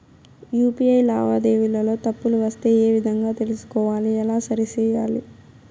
UPI లావాదేవీలలో తప్పులు వస్తే ఏ విధంగా తెలుసుకోవాలి? ఎలా సరిసేయాలి?